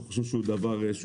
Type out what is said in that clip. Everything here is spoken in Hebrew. אנחנו חושבים שהוא מאוד משמעותי.